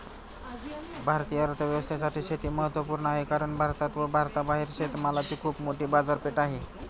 भारतीय अर्थव्यवस्थेसाठी शेती महत्वपूर्ण आहे कारण भारतात व भारताबाहेर शेतमालाची खूप मोठी बाजारपेठ आहे